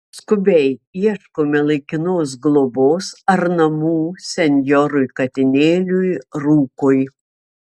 skubiai ieškome laikinos globos ar namų senjorui katinėliui rūkui